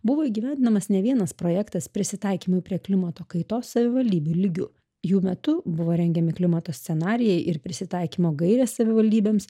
buvo įgyvendinamas ne vienas projektas prisitaikymui prie klimato kaitos savivaldybių lygiu jų metu buvo rengiami klimato scenarijai ir prisitaikymo gairės savivaldybėms